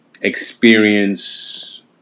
experience